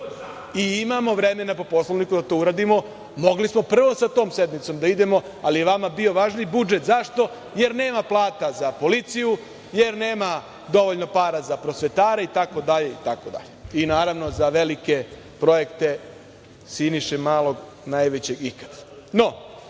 i imamo vremena po Poslovniku da to uradimo. Mogli smo prvo sa tom sednicom da idemo, ali je vama bio važniji budžet. Zašto – jer nema plata za policiju, jer nema dovoljno para za prosvetare itd. itd. i naravno za velike projekte Siniše Malog, najvećeg ikad. Dobro.